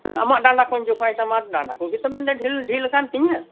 ᱟᱢᱟᱜ ᱰᱟᱸᱰᱟ ᱠᱩᱧ ᱡᱚᱠᱷᱟᱭ ᱛᱟᱢᱟ ᱰᱟᱸᱰᱟ ᱠᱚᱜᱮ ᱛᱚᱢ ᱢᱮᱱ ᱮᱫᱟ ᱰᱷᱤᱞ ᱟᱠᱟᱱ ᱛᱤᱧᱟᱹ